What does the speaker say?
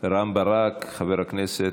רם ברק, חבר הכנסת,